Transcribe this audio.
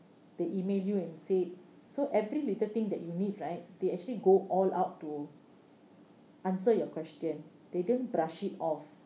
they email you and said so every little thing that you need right they actually go all out to answer your question they didn't brush it off